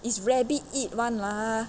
is rabbit eat [one] lah